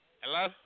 Hello